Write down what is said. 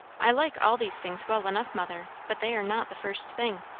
i like all these things well enough, mother but they are not the first thing.